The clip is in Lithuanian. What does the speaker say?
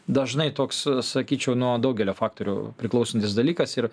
dažnai toks sakyčiau nuo daugelio faktorių priklausantis dalykas ir